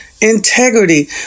integrity